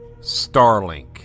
Starlink